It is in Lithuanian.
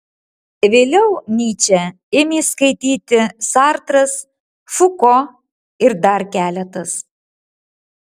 vėliau nyčę ėmė skaityti sartras fuko ir dar keletas